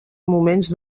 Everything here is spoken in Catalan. moments